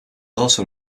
also